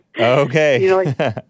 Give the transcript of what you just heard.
Okay